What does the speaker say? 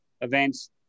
events